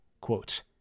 quote